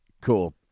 Cool